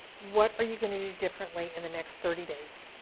what are you gonna do differently in the next thirty days.